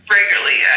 Regularly